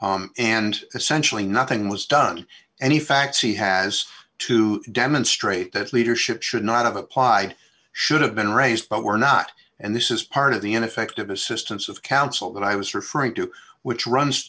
l and essentially nothing was done any facts he has to demonstrate that leadership should not have applied should have been raised but were not and this is part of the ineffective assistance of counsel that i was referring to which runs